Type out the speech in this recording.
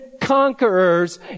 conquerors